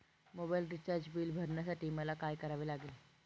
Mobile recharge bill भरण्यासाठी मला काय करावे लागेल?